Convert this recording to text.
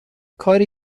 کاری